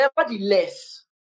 nevertheless